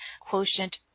Quotient